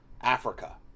africa